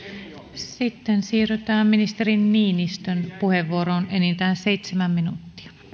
sitten siirrytään ministeri niinistön puheenvuoroon enintään seitsemän minuuttia